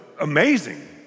amazing